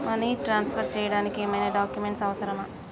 Money transfer చేయడానికి ఏమైనా documents అవసరమా?